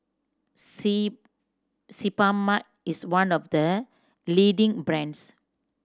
C Sebamed is one of the leading brands